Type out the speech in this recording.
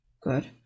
good